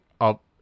up